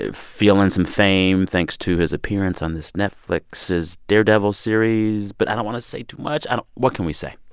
ah feeling some fame thanks to his appearance on this netflix's daredevil series. but i don't want to say too much. and what can we say?